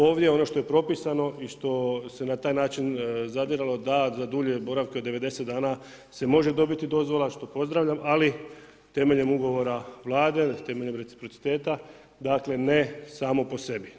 Ovdje ono što je propisano i što se na taj način zadiralo da za dulje boravke od 90 dana se može dobiti dozvola, što pozdravljam, ali temeljem ugovora Vlade, temeljem reciprociteta dakle ne samo po sebi.